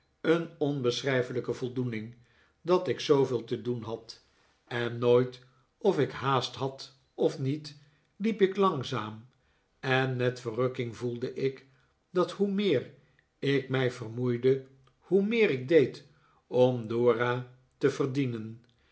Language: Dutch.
een onbeschrijfelijke voldoening dat ik zooveel te doen had en nooit of ik haast had of niet hep ik langzaam en met verrukking voelde ik dat hoe meer ik mij vermoeide hoe meer ik deedom dora te verdienen